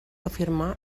afirmar